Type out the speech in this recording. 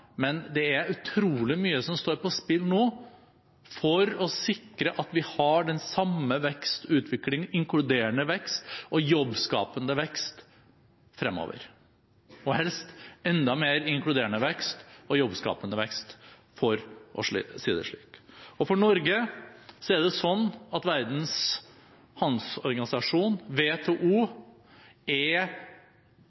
men det er utrolig mye som står på spill nå for å sikre at vi har den samme vekst og utvikling – inkluderende vekst og jobbskapende vekst – fremover, og helst enda mer inkluderende vekst og jobbskapende vekst, for å si det slik. For Norge er det slik at Verdens handelsorganisasjon, WTO,